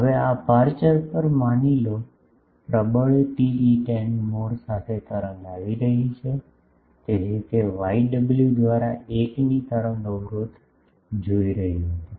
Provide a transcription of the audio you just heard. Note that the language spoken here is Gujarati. હવે આ અપેરચ્યોર પર માની લો પ્રબળ TE10 મોડ સાથે તરંગ આવી રહી છે તેથી તે વાયડબ્લ્યુ દ્વારા 1 ની તરંગ અવરોધ જોઈ રહ્યો હતો